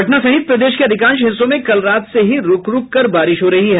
पटना सहित प्रदेश के अधिकांश हिस्सों में कल रात से ही रूक रूक कर बारिश हो रही है